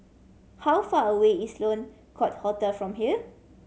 how far away is Sloane Court Hotel from here